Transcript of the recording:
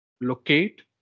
locate